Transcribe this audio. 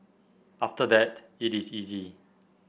after that it is easy